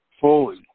fully